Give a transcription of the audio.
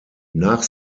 nach